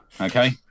okay